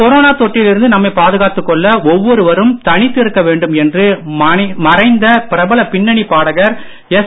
corona தொற்றில்இருந்து நம்மை பாதுகாத்துக் கொள்ள ஒவ்வொருவரும் தனித்திருக்க வேண்டும் என்று மறைந்த பிரபல பின்னணி பாடகர் எஸ்